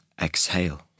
Exhale